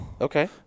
Okay